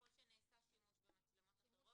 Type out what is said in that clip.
ככל שנעשה שימוש במצלמות אחרות